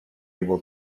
able